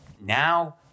now